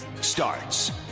starts